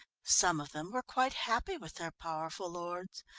some of them were quite happy with their powerful lords,